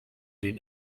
den